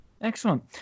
Excellent